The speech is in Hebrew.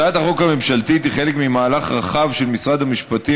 הצעת החוק הממשלתית היא חלק ממהלך רחב של משרד המפשטים